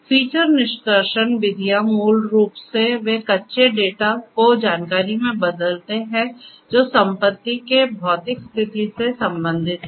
feature निष्कर्षण विधियां मूल रूप से वे कच्चे डेटा को जानकारी में बदलते हैं जो संपत्ति की भौतिक स्थिति से संबंधित है